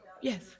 Yes